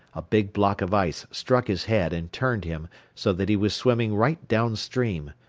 a big block of ice struck his head and turned him so that he was swimming right downstream.